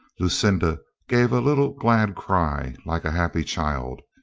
lucinda gave a little glad cry, like a happy child.